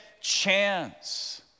chance